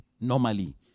normally